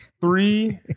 Three